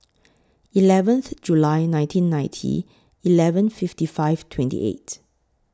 eleventh July nineteen ninety eleven fifty five twenty eight